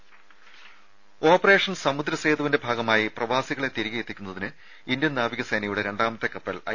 ദേദ ഓപ്പറേഷൻ സമുദ്രസേതുവിന്റെ ഭാഗമായി പ്രവാസികളെ തിരികെ എത്തിക്കുന്നതിന് ഇന്ത്യൻ നാവിക സേനയുടെ രണ്ടാമത്തെ കപ്പൽ ഐ